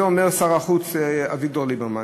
את זה אומר שר החוץ אביגדור ליברמן,